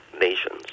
nations